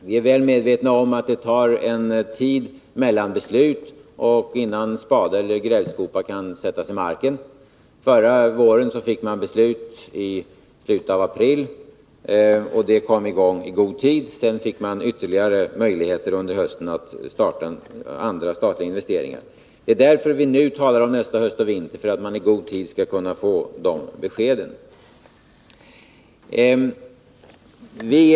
Vi är väl medvetna om att det tar en tid från beslutet och till dess att spaden eller grävskopan kan sättas i marken. Förra våren fick man ett beslut i slutet av april, och arbetet kom i gång i god tid. Sedan fick man med andra statliga investeringar ytterligare möjligheter under hösten. Det är därför som vi redan nu talar om nästa höst och vinter, så att man skall hinna få de beskeden i god tid.